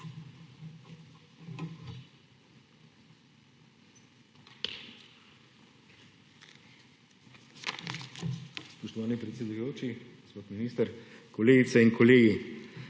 Spoštovani predsedujoči, gospod minister, kolegice in kolegi!